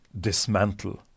dismantle